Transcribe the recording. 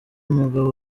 umugabo